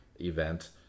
event